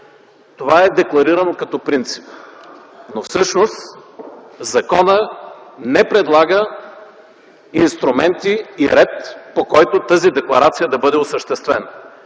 Това е декларирано като принцип. Но всъщност законът не предлага инструменти и ред, по които тази декларация да бъде осъществена.